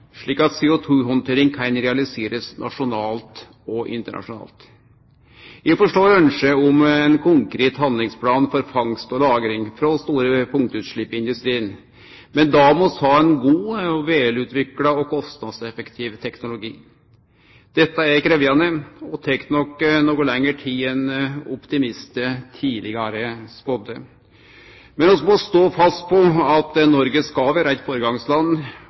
slik at CO2-handtering kan bli realisert nasjonalt og internasjonalt. Eg forstår ønsket om ein konkret handlingsplan for fangst og lagring frå store punktutslepp i industrien, men da må vi ha ein god, velutvikla og kostnadseffektiv teknologi. Dette er krevjande og tek nok noko lengre tid enn optimistar tidlegare har spådd. Men vi må stå fast på at Noreg skal vere eit